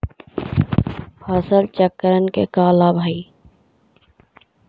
फसल चक्रण के का लाभ हई?